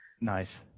Nice